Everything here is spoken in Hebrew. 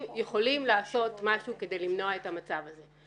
יכולים לעשות משהו כדי למנוע את המצב הזה.